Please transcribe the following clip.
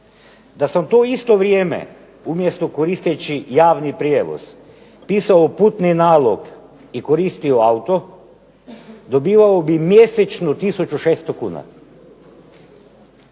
Da sam to isto vrijeme umjesto koristeći javni prijevoz pisao putni nalog i koristio auto dobivao bih mjesečno 1600 kuna,